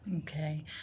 Okay